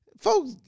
folks